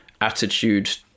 attitude